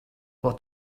what